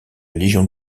légion